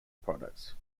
products